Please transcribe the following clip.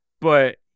but-